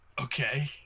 Okay